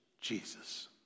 Jesus